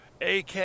AK